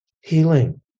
healing